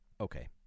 okay